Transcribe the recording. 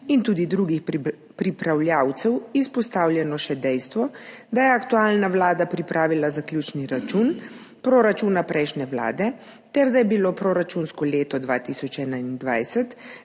in tudi drugih pripravljavcev izpostavljeno še dejstvo, da je aktualna vlada pripravila zaključni račun proračuna prejšnje vlade ter da je bilo proračunsko leto 2021